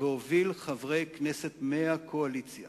ואוביל חברי כנסת מהקואליציה